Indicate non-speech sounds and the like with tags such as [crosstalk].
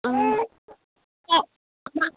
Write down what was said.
[unintelligible]